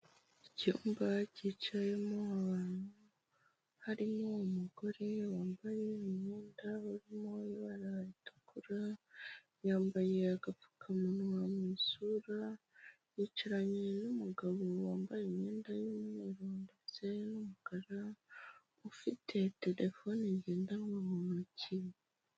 Icyumba cyicayemo abantu, harimo umugore wambaye umwenda urimo ibara ritukura, yambaye agapfukamunwa mu isura, yicaranye n'umugabo wambaye imyenda y'umweru ndetse n'umukara, ufite telefone ngendanwa mu ntoki.